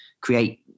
create